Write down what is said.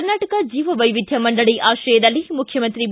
ಕರ್ನಾಟಕ ಜೀವವೈವಿಧ್ಯ ಮಂಡಳ ಆತ್ರಯದಲ್ಲಿ ಮುಖ್ಯಮಂತ್ರಿ ಬಿ